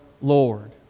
Lord